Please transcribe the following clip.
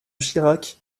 chirac